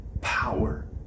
power